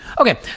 Okay